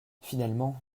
finalement